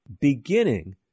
Beginning